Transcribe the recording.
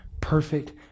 perfect